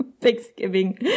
thanksgiving